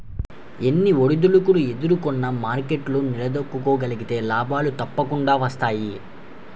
ఎన్ని ఒడిదుడుకులు ఎదుర్కొన్నా మార్కెట్లో నిలదొక్కుకోగలిగితే లాభాలు తప్పకుండా వస్తాయి